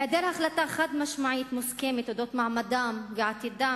העדר החלטה חד-משמעית מוסכמת אודות מעמדם ועתידם